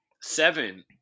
seven –